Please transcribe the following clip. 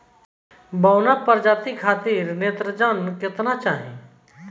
बौना प्रजाति खातिर नेत्रजन केतना चाही?